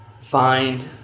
find